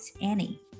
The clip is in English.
Annie